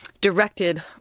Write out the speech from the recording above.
directed